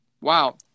wow